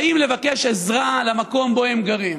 באים לבקש עזרה למקום שבו הם גרים.